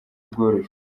bworoshye